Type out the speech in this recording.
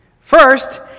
First